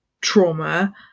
trauma